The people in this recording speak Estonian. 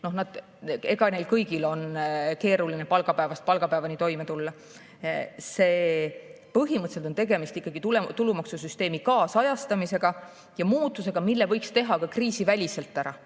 neil kõigil on keeruline palgapäevast palgapäevani toime tulla. Põhimõtteliselt on tegemist ikkagi tulumaksusüsteemi kaasajastamisega ja muutusega, mille võiks teha ka kriisiväliselt ära.